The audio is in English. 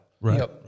Right